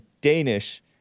Danish